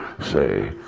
Say